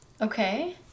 Okay